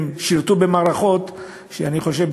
הם שירתו במערכות שאני חושב,